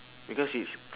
because it's